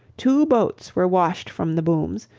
two boats were washed from the booms,